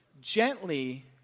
gently